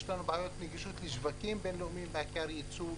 בעיות נגישות לשווקים בין-לאומיים, בעיקר ייצוא.